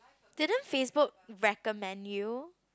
didn't Facebook recommend you